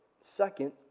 second